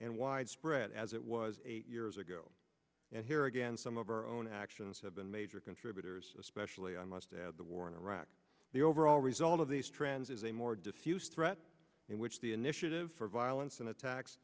and widespread as it was eight years ago and here again some of our own actions have been major contributors especially i must add the war in iraq the overall result of these trends is a more diffuse threat in which the initiative for violence and attacks